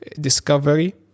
discovery